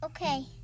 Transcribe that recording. Okay